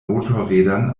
motorrädern